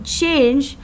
change